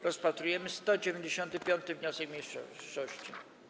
Rozpatrujemy 195. wniosek mniejszości.